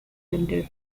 center